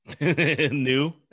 New